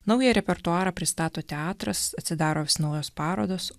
naują repertuarą pristato teatras atsidaro vis naujos parodos